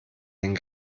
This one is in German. den